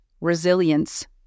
Resilience